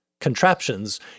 contraptions